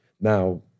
Now